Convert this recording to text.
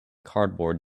cardboard